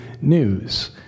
news